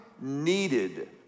needed